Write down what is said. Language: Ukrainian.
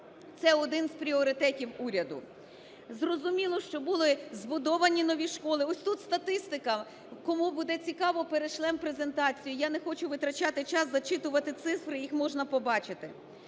це один з пріоритетів уряду. Зрозуміло, що були збудовані нові школи. От тут статистика, кому буде цікаво, перешлемо презентацію, я не буду витрачати час, зачитувати цифри, їх можна бачити.